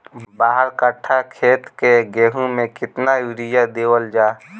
बारह कट्ठा खेत के गेहूं में केतना यूरिया देवल जा?